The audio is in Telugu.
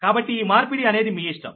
కాబట్టి ఈ మార్పిడి అనేది మీ ఇష్టం